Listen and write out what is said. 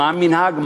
מה המנהג,